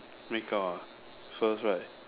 make up ah first right